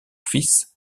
fils